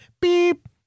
beep